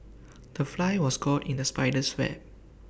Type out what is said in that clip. the fly was caught in the spider's web